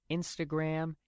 Instagram